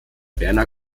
werner